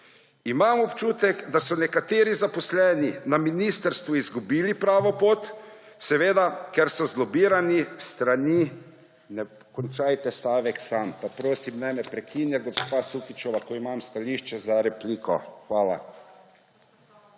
Imam občutek, da so nekateri zaposleni na ministrstvu izgubili pravo pot, seveda ker so zlobirani s strani … Končajte stavek sami. Pa prosim, ne me prekinjati, gospa Sukičeva, ko imam stališče, za repliko. Hvala.